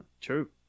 True